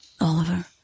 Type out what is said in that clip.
oliver